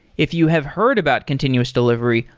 if you have heard about continuous delivery,